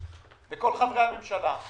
שתחקור ותתקן.